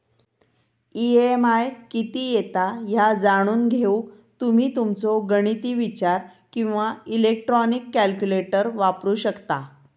EMI किती येता ह्या जाणून घेऊक तुम्ही तुमचो गणिती विचार किंवा इलेक्ट्रॉनिक कॅल्क्युलेटर वापरू शकता